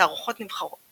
תערוכות נבחרות